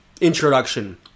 introduction